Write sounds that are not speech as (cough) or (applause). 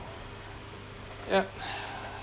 yup (breath)